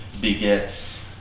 begets